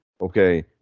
Okay